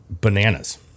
bananas